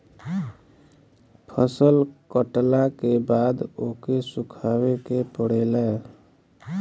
फसल कटला के बाद ओके सुखावे के पड़ेला